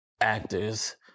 actors